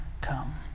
come